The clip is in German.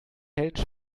helden